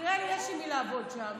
נראה לי שיש עם מי לעבוד שם.